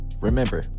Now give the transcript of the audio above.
Remember